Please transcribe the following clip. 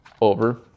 over